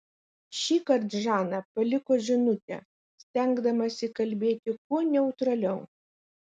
šįkart žana paliko žinutę stengdamasi kalbėti kuo neutraliau